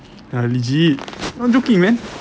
ya legit not joking man